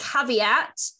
Caveat